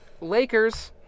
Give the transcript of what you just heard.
Lakers